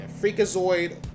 Freakazoid